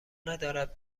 ندارد